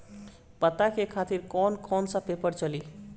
पता के खातिर कौन कौन सा पेपर चली?